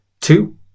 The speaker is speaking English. Two